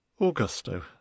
Augusto